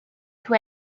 who